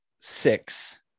six